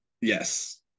yes